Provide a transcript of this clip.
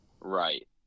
Right